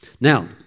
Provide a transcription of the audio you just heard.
Now